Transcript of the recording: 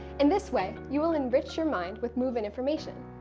in this way, you will enrich your mind with move-in information.